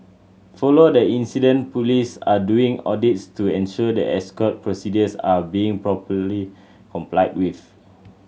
follow the incident police are doing audits to ensure that escort procedures are being properly complied with